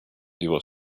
его